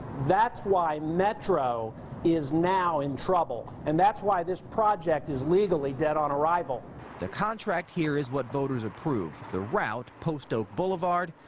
that's why metro is now in trouble. and that's why this project is legally dead on arrival. reporter the contract here is what voters approved. the route post oak boulevard,